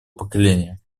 поколения